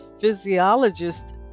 physiologist